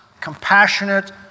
compassionate